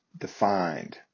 defined